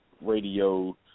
radio